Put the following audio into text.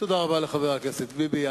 תודה רבה לחבר הכנסת ביבי.